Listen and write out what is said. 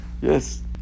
Yes